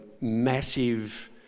massive